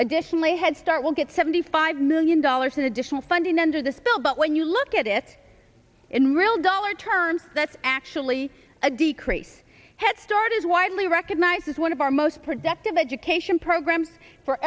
additional a head start will get seventy five million dollars in additional funding under this bill but when you look at it in real dollar terms that's actually a decrease headstart is widely recognized as one of our most productive education programs for